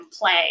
play